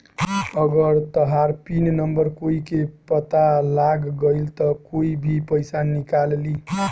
अगर तहार pin number कोई के पता लाग गइल त कोई भी पइसा निकाल ली